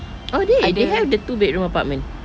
oh they they have the two bedroom apartment